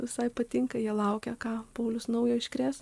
visai patinka jie laukia ką paulius naujo iškrės